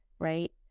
Right